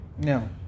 No